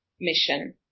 mission